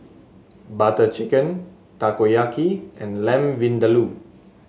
Butter Chicken Takoyaki and Lamb Vindaloo